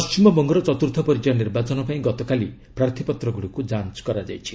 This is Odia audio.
ପଶ୍ଚିମବଙ୍ଗର ଚତୁର୍ଥ ପର୍ଯ୍ୟାୟ ନିର୍ବାଚନ ପାଇଁ ଗତକାଲି ପ୍ରାର୍ଥୀପତ୍ର ଗୁଡ଼ିକୁ ଯାଞ୍ଚ କରାଯାଇଛି